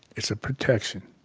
it's a protection.